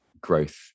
growth